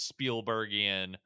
spielbergian